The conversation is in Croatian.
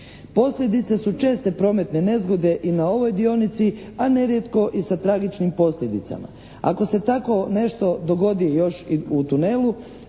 Posljedice su česte prometne nezgode i na ovoj dionici a nerijetko i sa tragičnim posljedicama. Ako se tako nešto dogodi još i u tunelu